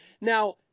Now